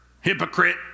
hypocrite